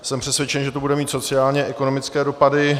Jsem přesvědčen, že to bude mít sociálněekonomické dopady.